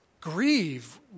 grieve